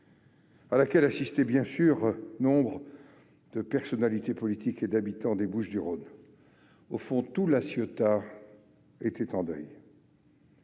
à laquelle assistaient nombre de personnalités politiques et d'habitants des Bouches-du-Rhône. La ville entière était en deuil.